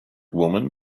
woman